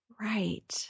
Right